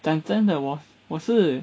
讲真的我我是